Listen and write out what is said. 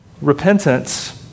Repentance